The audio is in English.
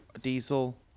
diesel